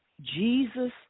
Jesus